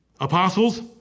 apostles